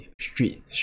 street